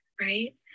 right